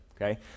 okay